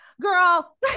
girl